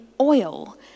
oil